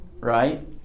Right